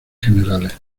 generales